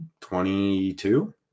22